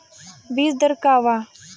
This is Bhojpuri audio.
बीज दर का वा?